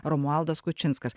romualdas kučinskas